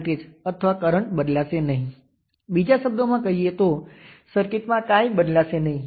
આપણે એ પણ જોયું કે આ V ટેસ્ટ આ પોલારિટી સાથે સીધા આ 1 કિલો Ω રેઝિસ્ટર પર દેખાય છે તે V ટેસ્ટ છે